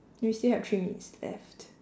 we still have three minutes left